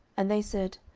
and they said,